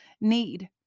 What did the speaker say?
need